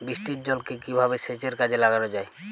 বৃষ্টির জলকে কিভাবে সেচের কাজে লাগানো যায়?